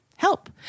Help